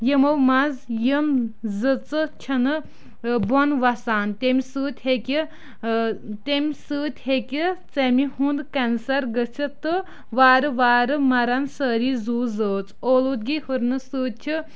یمو منٛز یم زٕژٕ چھنہٕ بۄن وَسان تمہِ سۭتۍ ہیٚکہِ تمہِ سۭتۍ ہیٚکہِ ژَمہِ ہُند کیٚنسر گٔژھِتھ تہٕ وارٕ وارٕ مَرن سٲری زُو زٲژ اولوٗگی ہُرنہٕ سۭتۍ چھ